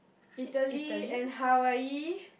Italy and Hawaii